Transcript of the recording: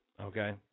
okay